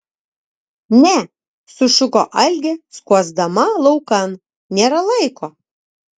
ne sušuko algė skuosdama laukan nėra laiko